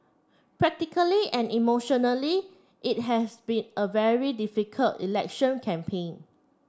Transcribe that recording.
practically and emotionally it has been a very difficult election campaign